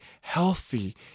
healthy